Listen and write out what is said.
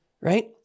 right